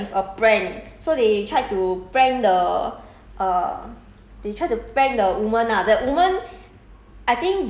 ya lor then 就 initially 是 nothing much then 他们 started with a prank so they tried to prank the err